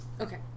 Okay